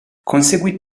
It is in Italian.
conseguì